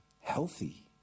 healthy